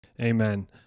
Amen